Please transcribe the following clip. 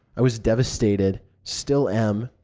i was devastated. still am.